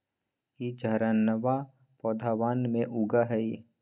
ई झाड़नमा पौधवन में उगा हई